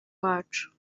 wacu